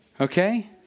Okay